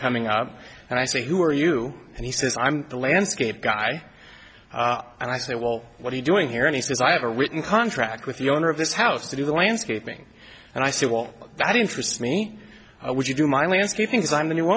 coming up and i say who are you and he says i'm the landscape guy and i say well what he doing here and he says i have a written contract with the owner of this house to do the landscaping and i said well that interests me would you do my landscaping is i'm the new